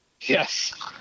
Yes